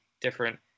different